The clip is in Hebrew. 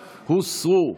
הצבעה.